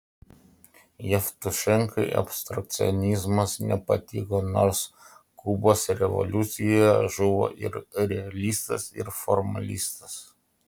jevtušenkai abstrakcionizmas nepatiko nors kubos revoliucijoje žuvo ir realistas ir formalistas